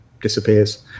disappears